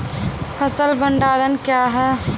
फसल भंडारण क्या हैं?